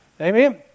Amen